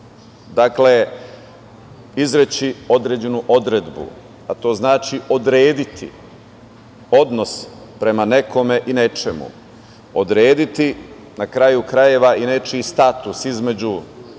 sud, izreći određenu odredbu, a to znači odrediti odnos prema nekome i nečemu, odrediti, na kraju krajeva, i nečiji status između